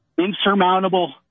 Insurmountable